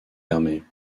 fermées